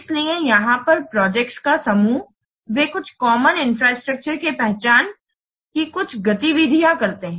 इसीलिए यहाँ पर प्रोजेक्ट्स का समूह वे कुछ कॉमन इंफ्रास्ट्रक्चर की पहचान की कुछ गतिविधियाँ करते हैं